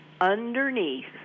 underneath